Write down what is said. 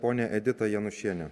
ponią editą janušienę